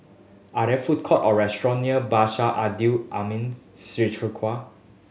are there food courts or restaurant near Abdul Aleem Siddique